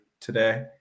today